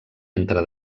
entre